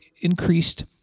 increased